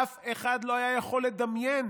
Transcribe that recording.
אף אחד לא היה יכול לדמיין